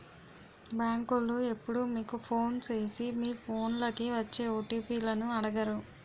బేంకోలు ఎప్పుడూ మీకు ఫోను సేసి మీ ఫోన్లకి వచ్చే ఓ.టి.పి లను అడగరు